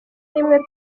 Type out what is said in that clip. n’imwe